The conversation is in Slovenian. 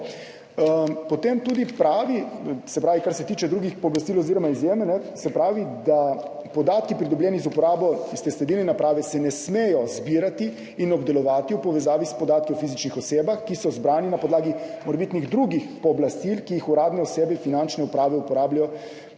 res tako. Kar se tiče drugih pooblastil oziroma izjeme, se pravi, da se podatki, pridobljeni z uporabo te sledilne naprave, ne smejo zbirati in obdelovati v povezavi s podatki o fizičnih osebah, ki so zbrani na podlagi morebitnih drugih pooblastil, ki jih uradne osebe Finančne uprave uporabljajo